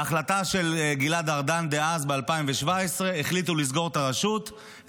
בהחלטה של גלעד ארדן דאז ב-2017 החליטו לסגור את הרשות,